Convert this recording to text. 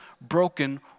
broken